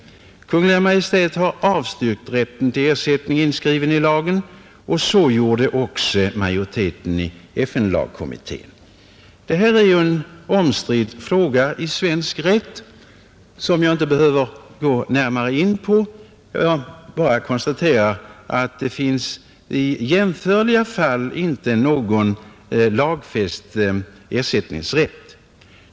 Kungl. Maj:t har avstyrkt att rätt till ersättning inskrivs i lagen, och så gjorde också majoriteten i FN-lagkommittén. Detta berör en omstridd fråga i svensk rätt, som jag inte behöver gå närmare in på — jag bara konstaterar att det finns i jämförliga fall inte någon lagfäst ersättningsrätt.